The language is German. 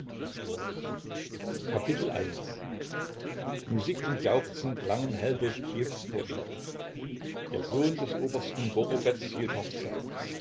musik und jauchzen klangen hell durch kiews vorstadt der sohn des obersten gorobetz hielt hochzeit